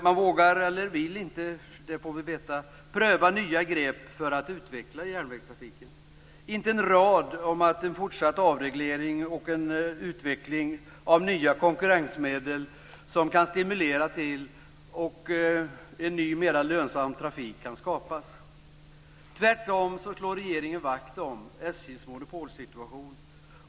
Man vågar eller vill inte - vilket det är får vi veta - pröva nya grepp för att utveckla järnvägstrafiken. Det finns inte en rad om att en fortsatt avreglering och en utveckling av nya konkurrensmedel kan stimulera till att ny och mera lönsam trafik skapas. Tvärtom slår regeringen vakt om SJ:s monopolsituation.